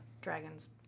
dragons